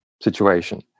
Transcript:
situation